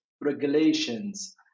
regulations